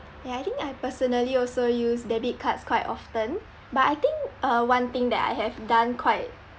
ya I think I personally also use debit cards quite often but I think uh one thing that I have done quite